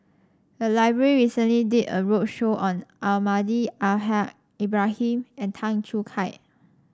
the library recently did a roadshow on Almahdi Al Haj Ibrahim and Tan Choo Kai